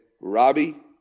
Robbie